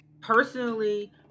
personally